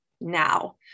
now